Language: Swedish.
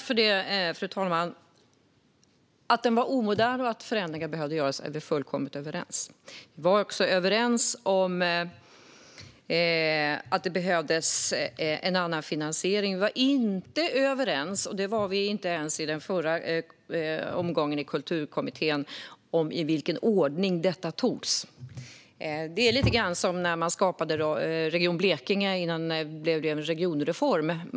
Fru talman! Att det var omodernt och att förändringar behövde göras är vi fullkomligt överens om. Vi var också överens om att det behövdes en annan finansiering. Vi var inte överens, inte ens i den förra omgången i kulturkommittén, om i vilken ordning detta skulle ske. Det är lite grann som när man i samband med regionreformen skapade Region Blekinge.